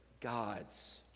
God's